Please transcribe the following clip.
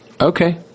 Okay